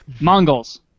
Mongols